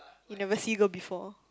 you've never see girl before